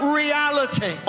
reality